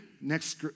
Next